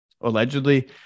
allegedly